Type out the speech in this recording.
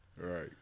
Right